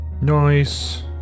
Nice